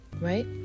right